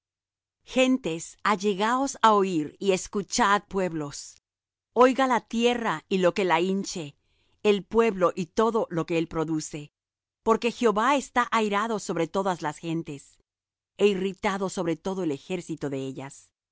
gentes allegaos á oir y escuchad pueblos oiga la tierra y lo que la hinche el mundo y todo lo que él produce porque jehová está airado sobre todas las gentes é irritado sobre todo el ejército de ellas